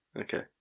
Okay